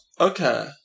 okay